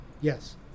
Yes